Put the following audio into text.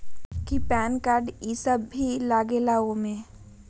कि PAN card इ सब भी लगेगा वो में?